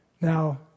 Now